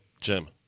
Jim